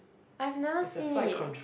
I've never seen it